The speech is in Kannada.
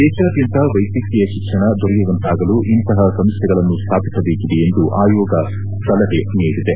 ದೇಶಾದ್ಯಂತ ವೈದ್ಯಕೀಯ ಶಿಕ್ಷಣ ದೊರೆಯುವಂತಾಗಲು ಇಂತಹ ಸಂಸ್ಟೆಗಳನ್ನು ಸ್ವಾಪಿಸಬೇಕಿದೆ ಎಂದು ಆಯೋಗ ಸಲಹೆ ನೀಡಿದೆ